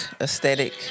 aesthetic